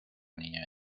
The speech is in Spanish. niña